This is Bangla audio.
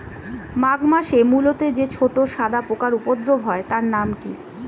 মাঘ মাসে মূলোতে যে ছোট সাদা পোকার উপদ্রব হয় তার নাম কি?